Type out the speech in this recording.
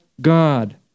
God